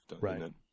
Right